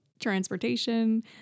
transportation